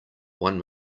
one